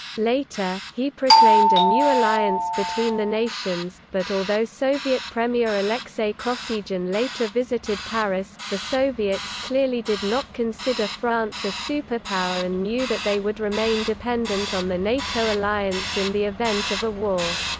later, he proclaimed a new alliance between the nations, but although soviet premier alexei kosygin later visited paris, the soviets clearly did not consider france a superpower and knew that they would remain dependent on the nato alliance in the event of a war.